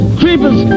creepers